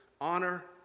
Honor